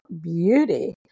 beauty